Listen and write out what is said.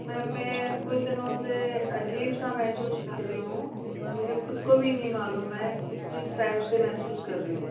ma'am मैं कुछ दिनों से अजीब सा महसूस कर रही हूँ मुझे खुद को भी नहीं मालूम है किस टाइप से महसूस कर रही हूँ